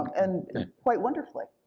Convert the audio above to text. and quite wonderfully.